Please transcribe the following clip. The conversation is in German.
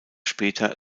später